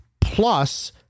Plus